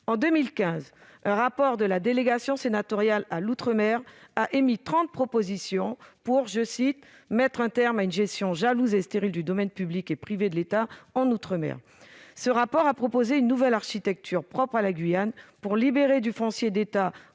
En 2015, la délégation sénatoriale aux outre-mer a émis trente propositions pour « mettre un terme à une gestion jalouse et stérile du domaine public et privé de l'État en outre-mer ». Elle a proposé une nouvelle architecture propre à la Guyane, destinée à libérer du foncier d'État